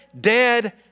dead